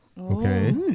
Okay